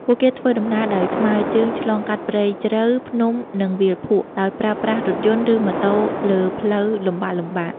ពួកគេធ្វើដំណើរដោយថ្មើរជើងឆ្លងកាត់ព្រៃជ្រៅ ភ្នំ និងវាលភក់ ដោយប្រើប្រាស់រថយន្ត ឬម៉ូតូលើផ្លូវលំបាកៗ។